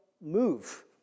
move